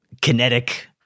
kinetic